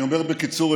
נשאיר אותך פה לבד?